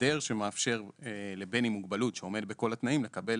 הסדר שמאפשר לבן עם מוגבלות שעומד בכל התנאים לקבל